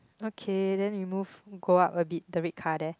okay then you move go up a bit the red car there